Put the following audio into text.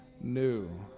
new